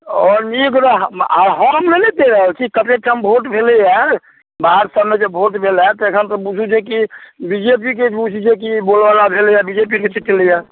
आओर नीक रहऽ आओर हम नहि ने कहि रहल छी कतेक ठाम भोट भेलया बाहर सबमे जे भोट भेलया तखन तऽ बूझू जेकि बीजेपीके बूझू जेकि बोलबाला भेलया बी जे पी जीतलै हँ